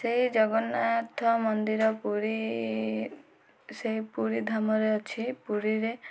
ସେଇ ଜଗନ୍ନାଥ ମନ୍ଦିର ପୁରୀ ସେଇ ପୁରୀ ଧାମରେ ଅଛି ପୁରୀରେ